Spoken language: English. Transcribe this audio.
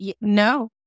No